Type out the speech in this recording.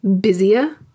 busier